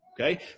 Okay